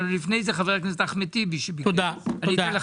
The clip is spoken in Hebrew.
חה"כ אחמד טיבי, בבקשה.